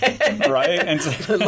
Right